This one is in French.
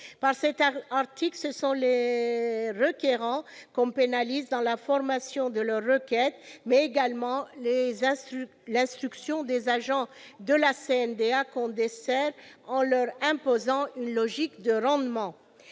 Par cet article, ce sont les requérants qu'on pénalise dans la formation de leur requête, mais également l'instruction par les agents de la CNDA qu'on dessert, en imposant à ceux-ci une logique de rendement.